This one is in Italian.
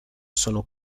sono